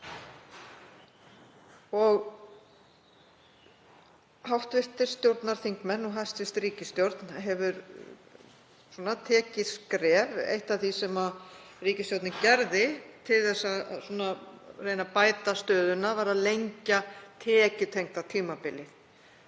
Hv. stjórnarþingmenn og hæstv. ríkisstjórn hefur stigið skref. Eitt af því sem ríkisstjórnin gerði til þess að reyna að bæta stöðuna var að lengja tekjutengda tímabilið.